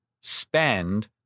spend